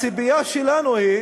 הציפייה שלנו היא